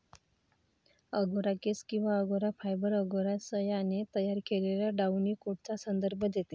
angora केस किंवा angora fibre, angora सशाने तयार केलेल्या डाउनी कोटचा संदर्भ देते